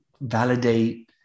validate